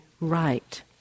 right